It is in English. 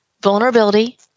vulnerability